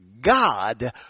God